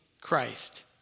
Christ